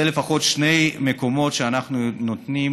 אלה לפחות שני מקומות שבהם אנחנו נותנים